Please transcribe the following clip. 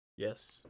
Yes